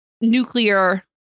nuclear